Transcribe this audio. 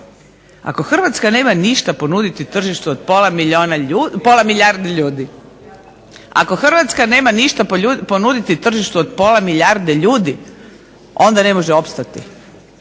ako Hrvatska nema ništa ponuditi tržištu od pola milijarde ljudi onda ne može opstati.